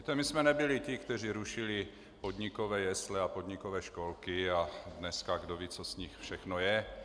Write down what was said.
Víte, my jsme nebyli ti, kteří rušili podnikové jesle a podnikové školky, a dneska kdo ví, co z nich všechno je.